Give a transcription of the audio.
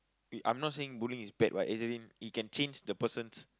I'm not saying bullying is bad what as in it can change the person's